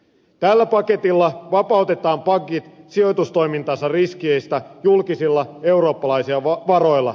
tällä paketilla vapautetaan pankit sijoitustoimintansa riskeistä julkisilla eurooppalaisten varoilla